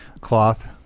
cloth